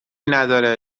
نداره